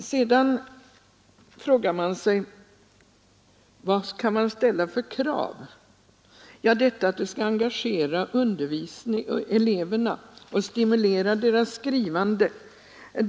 Sedan frågar man sig vad man kan ställa för ytterligare krav. Ett krav är att provet skall engagera eleverna och stimulera deras skrivande.